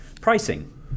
Pricing